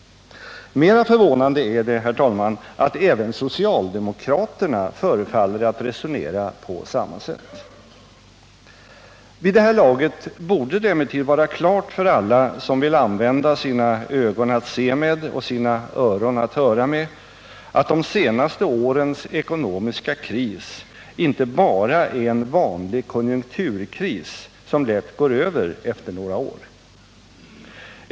Mera förvånande är det, herr talman, att även socialdemokraterna förefaller att resonera på samma sätt. Vid det här laget borde det emellertid vara klart för alla som använder sina ögon att se med och sina öron att höra med att de senaste årens ekonomiska kris inte bara är en vanlig konjunkturkris, som lätt går över efter några år.